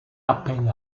appel